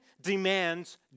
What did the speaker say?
demands